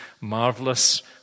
marvelous